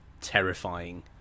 terrifying